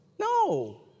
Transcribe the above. No